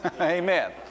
Amen